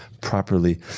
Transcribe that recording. properly